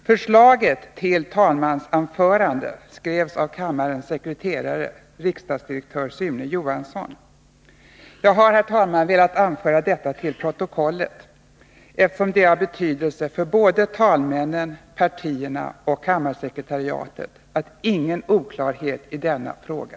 Förslaget till talmannens anförande skrevs av Jag har, herr talman, velat anföra detta till protokollet, eftersom det är av betydelse för såväl talmännen som partierna och kammarsekretariatet att det inte föreligger någon oklarhet i denna fråga.